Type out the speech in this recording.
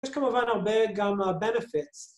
יש כמובן הרבה גם ה-Benefits.